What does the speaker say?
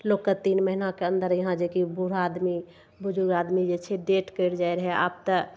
लोकके तीन महिनाके अन्दर यहाँ जेकि बुढ आदमी बुजुर्ग आदमी जे छै डेथ करि जाइ रहय आब तऽ